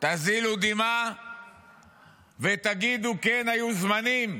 תזילו דמעה ותגידו: כן, היו זמנים.